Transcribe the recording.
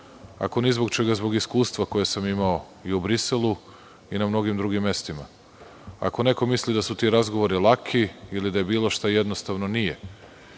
ako ni zbog čega, zbog iskustva koje sam imamo i u Briselu i na mnogim drugim mestima. Ako neko misli da su ti razgovori laki ili da je bilo šta jednostavno, nije.